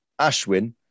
Ashwin